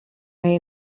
may